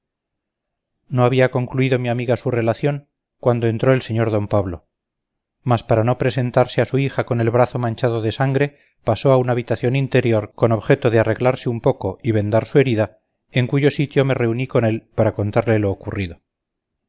no había concluido mi amiga su relación cuando entró el sr d pablo mas para no presentarse a su hija con el brazo manchado de sangre pasó a una habitación interior con objeto de arreglarse un poco y vendar su herida en cuyo sitio me reuní con él para contarle lo ocurrido